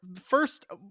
first